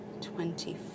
twenty